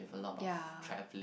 ya